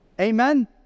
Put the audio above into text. Amen